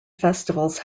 festivals